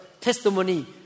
testimony